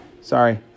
sorry